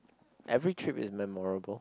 every trip is memorable